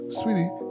sweetie